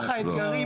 לא.